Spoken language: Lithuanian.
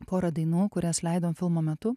porą dainų kurias leidom filmo metu